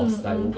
mm mm